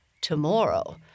Tomorrow